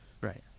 Right